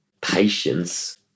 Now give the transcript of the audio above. patience